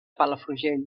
palafrugell